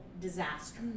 disaster